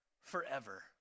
forever